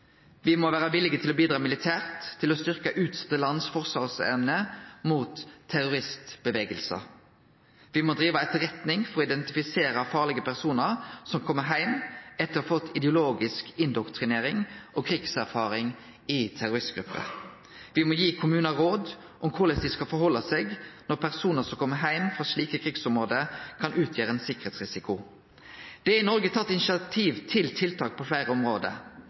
må vere villige til å bidra militært til å styrkje utsette lands forsvarsevne mot terroristbevegelsar. Me må drive etterretning for å identifisere farlege personar som kjem heim etter å ha fått ideologisk indoktrinering og krigserfaring i terroristgrupper. Me må gi kommunar råd om korleis dei skal stille seg når personar som kjem heim frå slike krigsområde, kan utgjere ein sikkerheitsrisiko. Det er i Noreg tatt initiativ til tiltak på fleire område,